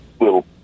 little